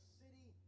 city